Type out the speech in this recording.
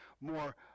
more